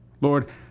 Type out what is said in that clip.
Lord